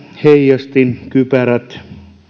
heijastin kypärät